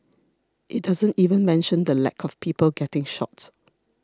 it doesn't even mention the lack of people getting shot